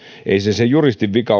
ei se sen juristin vika